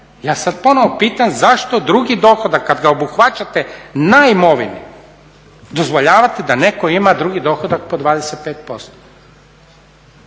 Ja sad ponovno pitam zašto drugi dohodak kad ga obuhvaćate na imovini? Dozvoljavate da netko ima drugi dohodak po 25%.